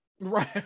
right